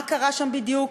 מה קרה שם בדיוק,